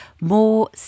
more